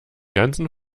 ganzen